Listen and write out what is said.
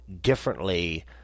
differently